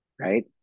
right